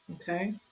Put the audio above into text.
Okay